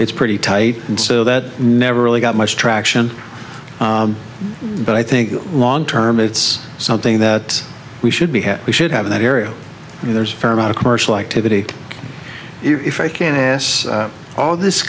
it's pretty tight and so that never really got much traction but i think long term it's something that we should be had we should have in that area and there's a fair amount of commercial activity if i can ask all this